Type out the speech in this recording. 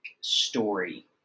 story